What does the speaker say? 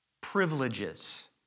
privileges